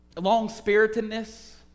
long-spiritedness